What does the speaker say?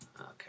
okay